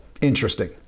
Interesting